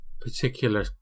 particular